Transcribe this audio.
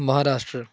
Maharashtra